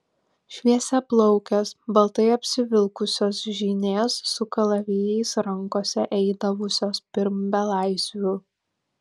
šviesiaplaukės baltai apsivilkusios žynės su kalavijais rankose eidavusios pirm belaisvių